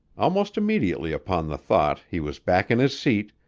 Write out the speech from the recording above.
almost immediately upon the thought he was back in his seat,